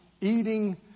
eating